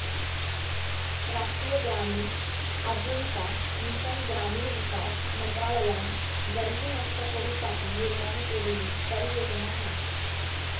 राष्ट्रीय ग्रामीण आजीविका मिशन ग्रामीण विकास मंत्रालयान गरीबी नष्ट करू साठी निर्माण केलेली परियोजना हा